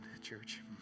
church